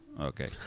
Okay